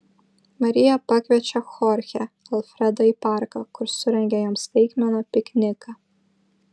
marija pakviečia chorchę alfredą į parką kur surengia jam staigmeną pikniką